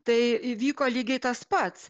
tai įvyko lygiai tas pats